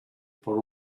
por